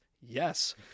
yes